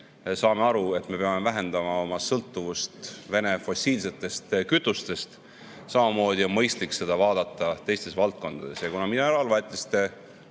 saame aru, et me peame vähendama oma sõltuvust Vene fossiilsetest kütustest, on seda samamoodi mõistlik vaadata teistes valdkondades. Kuna mineraalväetiste